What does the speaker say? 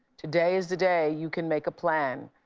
today is the day you can make a plan.